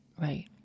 right